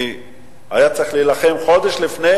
כי היה צריך להילחם חודש לפני,